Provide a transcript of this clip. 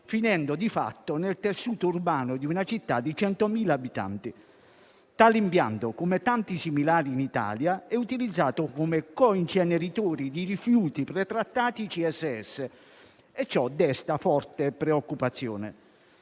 finendo di fatto nel tessuto urbano di una città di 100.000 abitanti. Tale impianto, come tanti similari in Italia, è utilizzato come co-inceneritore di rifiuti pretrattati CSS e ciò desta forte preoccupazione.